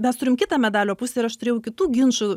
mes turim kitą medalio pusę ir aš turėjau kitų ginčų